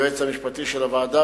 היועץ המשפטי של הוועדה,